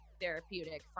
therapeutic